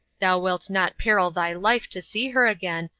thou wilt not peril thy life to see her again,